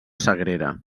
sagrera